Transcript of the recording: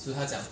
是他讲